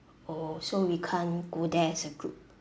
oh so we can't go there as a group